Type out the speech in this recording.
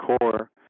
core